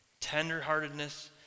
tenderheartedness